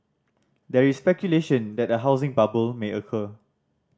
there is speculation that a housing bubble may occur